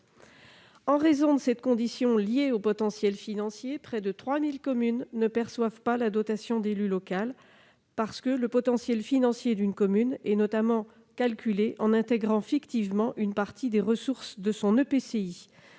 En raison de la condition liée au potentiel financier, près de 3 000 communes ne perçoivent pas la dotation. En effet, le potentiel financier d'une commune est calculé en intégrant fictivement une partie des ressources de son EPCI.